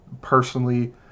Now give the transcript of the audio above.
personally